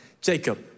Jacob